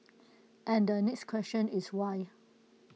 and the next question is why